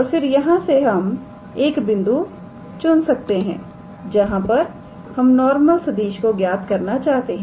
और फिर यहां पर हम एक बिंदु चुन सकते हैं जहां पर हम नॉर्मल सदिश को ज्ञात करना चाहते हैं